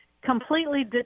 completely